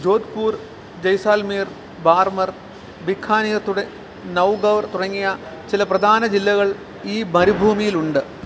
ജോധ്പൂർ ജയ്സാൽമീർ ബാർമർ ബിക്കാനീർ നാഗൌർ തുടങ്ങിയ ചില പ്രധാന ജില്ലകൾ ഈ മരുഭൂമിയിലുണ്ട്